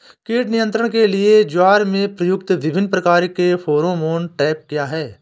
कीट नियंत्रण के लिए ज्वार में प्रयुक्त विभिन्न प्रकार के फेरोमोन ट्रैप क्या है?